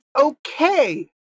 okay